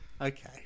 Okay